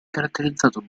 caratterizzato